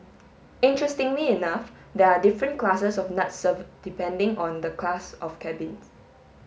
interestingly enough there are different classes of nuts served depending on the class of cabins